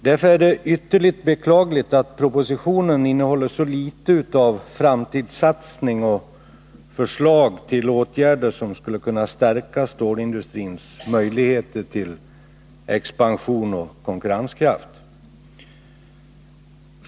Därför är det ytterligt beklagligt att propositionen innehåller så litet av framtidssatsning och förslag till åtvärder som skulle kunna stärka stålindustrins möjligheter till expansion och öka dess konkurrenskraft.